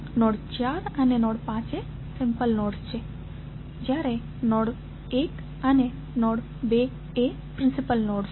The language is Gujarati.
તો નોડ 4 નોડ 5 એ સિમ્પલ નોડ્સ છે જ્યારે નોડ 1 અને નોડ 2 એ પ્રિન્સિપલ નોડ્સ છે